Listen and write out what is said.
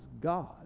God